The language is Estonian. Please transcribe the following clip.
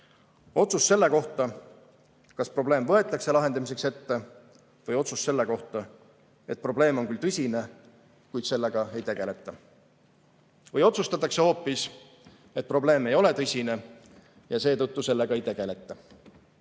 Otsus selle kohta, kas probleem võetakse lahendamiseks ette, või otsus selle kohta, et probleem on küll tõsine, kuid sellega ei tegeleta. Või otsustatakse hoopis, et probleem ei ole tõsine ja seetõttu sellega ei tegeleta.